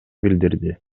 билдирди